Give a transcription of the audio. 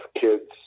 kids